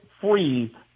free